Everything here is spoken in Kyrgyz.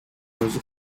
өзү